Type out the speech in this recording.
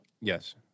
Yes